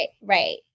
Right